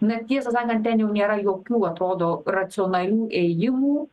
na tiesą sakant ten jau nėra jokių atrodo racionalių ėjimų